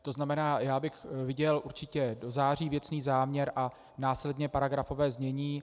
To znamená, já bych viděl určitě do září věcný záměr a následně paragrafové znění.